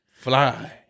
Fly